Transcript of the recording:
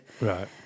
Right